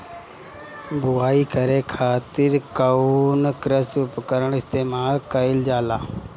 बुआई करे खातिर कउन कृषी उपकरण इस्तेमाल कईल जाला?